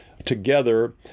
Together